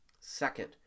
Second